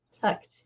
tucked